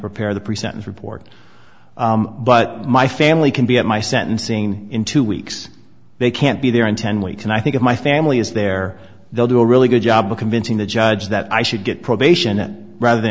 prepare the pre sentence report but my family can be at my sentencing in two weeks they can't be there in ten weeks and i think my family is there they'll do a really good job of convincing the judge that i should get probation rather than